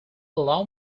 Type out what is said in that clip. allow